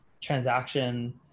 transaction